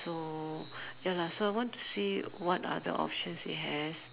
oh ya lah so I want to see what are the options he has